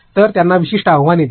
तर त्यांना विशिष्ट आव्हाने द्या